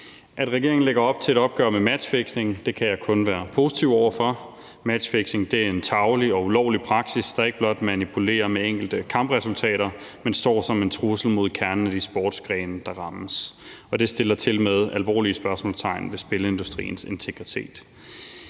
At regeringen lægger op til et opgør med matchfixing, kan jeg kun være positiv over for. Matchfixing er en tarvelig og ulovlig praksis, der ikke blot manipulerer med enkelte kampresultater, men står som en trussel mod kernen af de sportsgrene, der rammes, og det sætter tilmed alvorlige spørgsmålstegn ved spilindustriens integritet.